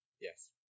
Yes